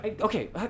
okay